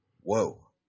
Whoa